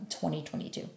2022